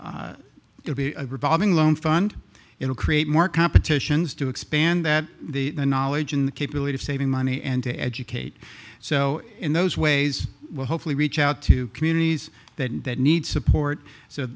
used to be a revolving loan fund it will create more competitions to expand that the knowledge and the capability of saving money and to educate so in those ways we'll hopefully reach out to communities that need support so